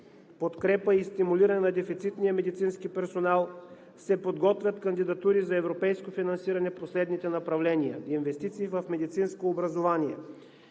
подкрепа и стимулиране на дефицитния медицински персонал, се подготвят кандидатури за европейско финансиране по следните направления: Инвестиции в медицинско образование.